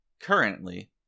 currently